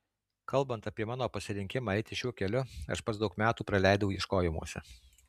kalbant apie mano pasirinkimą eiti šiuo keliu aš pats daug metų praleidau ieškojimuose